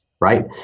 Right